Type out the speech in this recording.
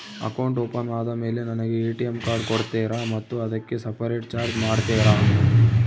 Account open ಆದಮೇಲೆ ನನಗೆ ATM card ಕೊಡ್ತೇರಾ ಮತ್ತು ಅದಕ್ಕೆ ಸಪರೇಟ್ ಚಾರ್ಜ್ ಮಾಡ್ತೇರಾ?